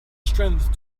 strength